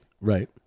Right